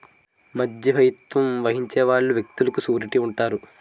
మధ్యవర్తిత్వం వహించే వాళ్ళు వ్యక్తులకు సూరిటీ ఉంటారు